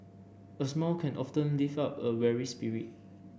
a smile can often lift up a weary spirit